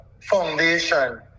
foundation